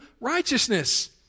righteousness